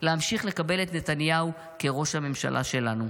להמשיך לקבל את נתניהו כראש הממשלה שלנו.